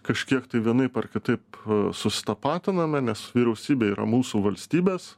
kažkiek tai vienaip ar kitaip susitapatiname nes vyriausybė yra mūsų valstybės